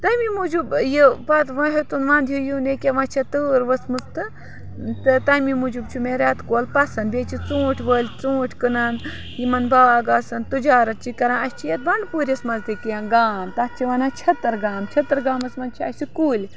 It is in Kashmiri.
تَمی موٗجوٗب یہِ پَتہٕ وۄنۍ ہیوٚتُن وَنٛد ہیوٗ کہِ وۄنۍ چھےٚ تۭر وٕژمٕژ تہٕ تہٕ تَمی موٗجوٗب چھُ مےٚ رٮ۪تہٕ کول پَسنٛد بیٚیہِ چھِ ژوٗنٛٹھۍ وٲلۍ ژوٗنٛٹھۍ کٕنان یِمَن باغ آسَن تُجارَت چھِ کَران اَسہِ چھِ یَتھ بَنٛڈٕ پوٗرِس منٛز تہِ کیٚنٛہہ گام تَتھ چھِ وَنان چھَتٕر گام چھتٕرگامَس منٛز چھِ اَسہِ کُلۍ